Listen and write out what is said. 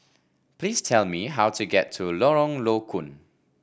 please tell me how to get to Lorong Low Koon